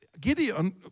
Gideon